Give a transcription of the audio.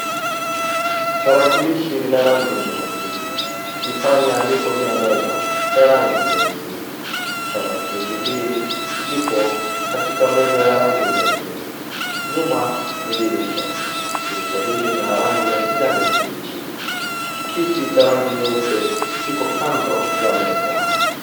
Tarakilishi ni la rangi nyeusi. Kipanya lipo juu ya meza ya rangi nyeusi. Tarakilishi hii lipo katika meza ya rangi nyeupe. Nyuma ni dirisha ,dirisha hili lina rangi ya kijani kibichi. Kiti cha rangi nyeupe kiko kando ya meza.